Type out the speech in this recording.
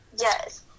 Yes